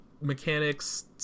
mechanics